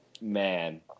man